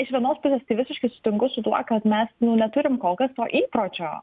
iš vienos pusės tai visiškai sutinku su tuo kad mes nu neturim kolkas to įpročio